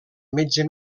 metge